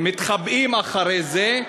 ומתחבאים מאחורי זה,